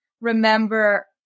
remember